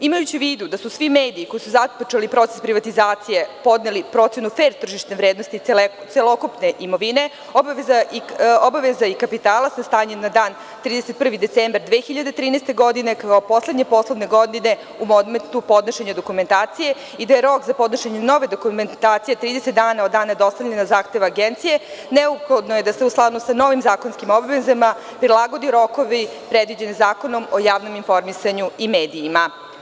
Imajući u vidu da su svi mediji koji su započeli proces privatizacije podneli procenu fer tržišne vrednosti celokupne imovine, obaveza i kapitala sa stanjem na dan 31. decembar 2013. godine, kao poslednje poslovne godine u momentu podnošenja dokumentacije i da je rok za podnošenje nove dokumentacije 30 dana od dana dostavljanja zahteva Agenciji, neophodno je da se u skladu sa novim zakonskim obavezama prilagode rokovi predviđeni Zakonom o javnom informisanju i medijima.